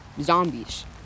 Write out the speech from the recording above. zombies